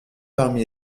parmi